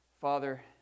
Father